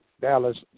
Dallas